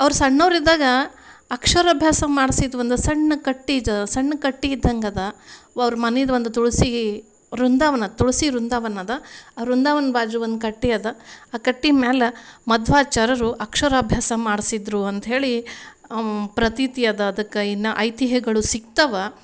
ಅವ್ರು ಸಣ್ಣವರಿದ್ದಾಗ ಅಕ್ಷರಾಭ್ಯಾಸ ಮಾಡ್ಸಿದ ಒಂದು ಸಣ್ಣ ಕಟ್ಟೆ ಇದು ಸಣ್ಣ ಕಟ್ಟೆ ಇದ್ದಂಗೆ ಇದೆ ಅವ್ರ ಮನೆದ್ ಒಂದು ತುಳಸಿ ವೃಂದಾವನ ತುಳಸಿ ವೃಂದಾವನ ಇದೆ ಆ ವೃಂದಾವನ ಬಾಜು ಒಂದು ಕಟ್ಟೆ ಇದೆ ಆ ಕಟ್ಟೆ ಮ್ಯಾಲೆ ಮಧ್ವಾಚಾರ್ಯರು ಅಕ್ಷರಾಭ್ಯಾಸ ಮಾಡಿಸಿದ್ರು ಅಂತ ಹೇಳಿ ಪ್ರತೀತಿ ಇದೆ ಅದಕ್ಕೆ ಇನ್ನೂ ಐತಿಹ್ಯಗಳು ಸಿಗ್ತವೆ